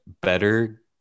better